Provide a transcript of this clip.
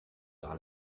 par